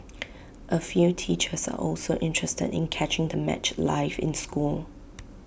A few teachers also interested in catching the match live in school